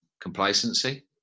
Complacency